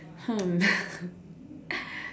hmm